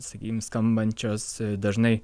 sakykim skambančios dažnai